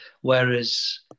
Whereas